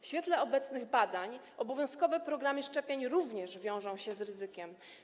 W świetle obecnych badań obowiązkowe programy szczepień również wiążą się z ryzykiem.